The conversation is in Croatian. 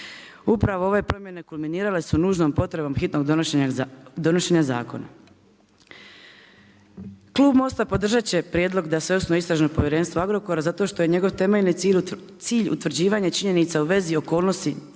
Upravo ove promjene kulminirale su nužnom potrebom hitnog donošenja zakona. Klub Most-a podržat će prijedlog da se osnuje istražno prvenstvo Agrokora zato što je njegov temeljni cilj utvrđivanje činjenica u vezi okolnosti